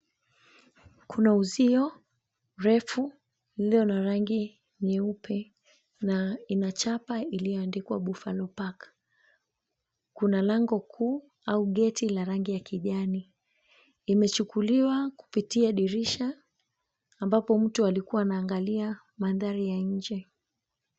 Kuna uzio, refu, ulio na rangi nyeupe na ina chapa iliyoandikwa Buffalo Park. Kuna lango kuu au geti la rangi ya kijani. Imechukuliwa kupitia dirisha ambapo mtu alikuwa anaangalia mandari ya nje.